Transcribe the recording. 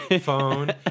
phone